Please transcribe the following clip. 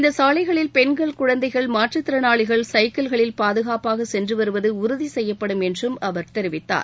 இந்த சாலைகளில் பெண்கள் குழந்தைகள் மாற்றுத்திறனாளிகள் சைக்கிள்களில் பாதுகாப்பாக சென்றுவருவது உறுதி செய்யப்படும் என்றும் அவர் தெரிவிதார்